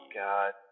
god